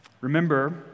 Remember